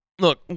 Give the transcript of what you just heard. Look